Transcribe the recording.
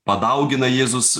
padaugina jėzus